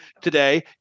today